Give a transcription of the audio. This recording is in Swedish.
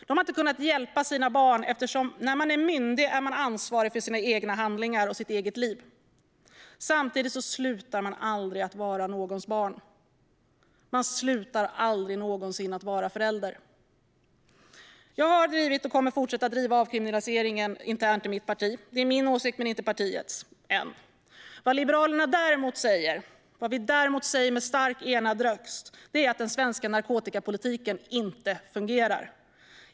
De har inte kunnat hjälpa sina barn eftersom man som myndig är ansvarig för sina egna handlingar och sitt eget liv. Samtidigt slutar man aldrig någonsin att vara någons barn. Och man slutar aldrig någonsin att vara förälder. Jag har drivit, och kommer att fortsätta att driva, frågan om avkriminalisering internt i mitt parti. Den är min åsikt men inte partiets - än. Vad Liberalerna däremot säger med stark, enad röst är att den svenska narkotikapolitiken inte fungerar.